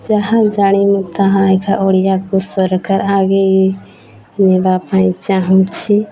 ଯାହା ଜାଣି ମୁଁ ତାହା ଅଇଖା ଓଡ଼ିଆକୁ ସରକାର ଆଗେଇ ନେବା ପାଇଁ ଚାହୁଁଛି